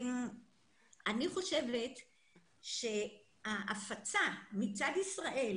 אני חושבת שההפצה מצד ישראל